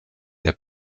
der